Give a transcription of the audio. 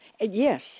Yes